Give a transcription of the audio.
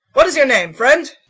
what is your name, friend?